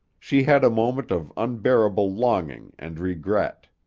she had a moment of unbearable longing and regret.